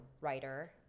writer